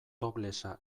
toplessa